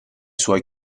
suoi